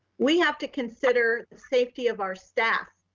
we have to consider the safety of our staff,